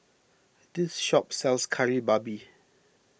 this shop sells Kari Babi